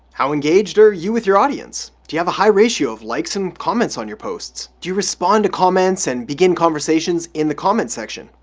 how engaged are you with your audience? do you have a high ratio of likes and comments on your posts? do you respond to comments and begin conversations in the comment section?